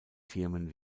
firmen